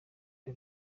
the